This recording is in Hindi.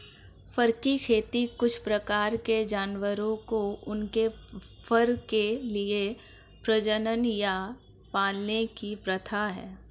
फर की खेती कुछ प्रकार के जानवरों को उनके फर के लिए प्रजनन या पालने की प्रथा है